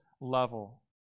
level